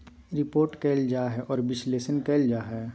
report कइल जा हइ और विश्लेषण कइल जा हइ